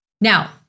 Now